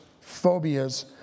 phobias